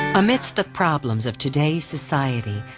amidst the problems of today's society,